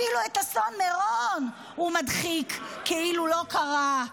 אפילו את אסון מירון הוא מדחיק כאילו לא קרה,